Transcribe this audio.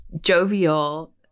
jovial